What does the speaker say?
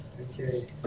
Okay